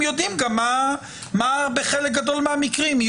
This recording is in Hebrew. יודעים מה יהיה בחלק גדול מהמקרים.